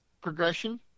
progression